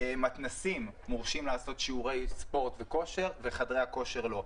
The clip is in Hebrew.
מתנ"סים מורשים לעשות שיעורי ספורט וכושר וחדרי הכושר לא.